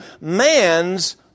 man's